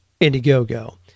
Indiegogo